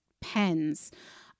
pens